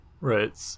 Right